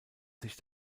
sich